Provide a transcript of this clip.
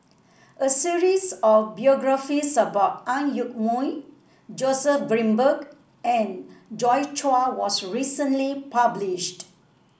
a series of biographies about Ang Yoke Mooi Joseph Grimberg and Joi Chua was recently published